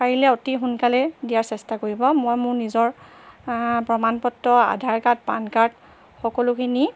পাৰিলে অতি সোনকালে দিয়াৰ চেষ্টা কৰিব মই মোৰ নিজৰ প্ৰমাণ পত্ৰ আধাৰ কাৰ্ড পান কাৰ্ড সকলোখিনি